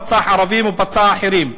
רצח ערבים ופצע אחרים,